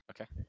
Okay